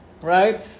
right